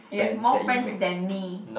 you have more friends than me